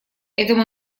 этому